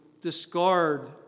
discard